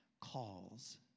calls